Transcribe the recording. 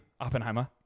Oppenheimer